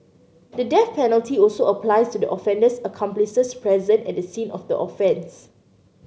the death penalty also applies to the offender's accomplices present at the scene of the offence